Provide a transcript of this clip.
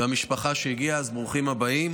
המשפחה שהגיעה, ברוכים הבאים.